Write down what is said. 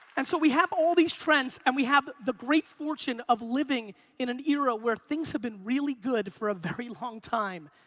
and so we have all these trends, and we have the great fortune of living in an era where things have been really good for a very long time,